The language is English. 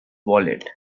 wallet